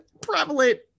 prevalent